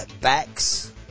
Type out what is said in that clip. backs